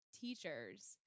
teachers